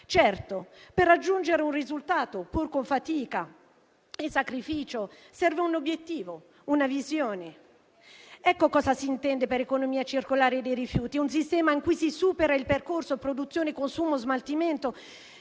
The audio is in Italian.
Certo, per raggiungere un risultato, pur con fatica e sacrificio, serve un obiettivo e una visione. Ecco cosa si intende per economia circolare dei rifiuti: un sistema in cui si supera il percorso produzione-consumo-smaltimento,